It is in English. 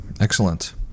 Excellent